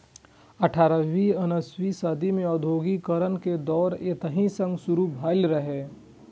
अठारहवीं उन्नसवीं सदी मे औद्योगिकीकरण के दौर एतहि सं शुरू भेल रहै